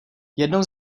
jednou